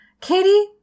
Katie